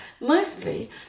Mostly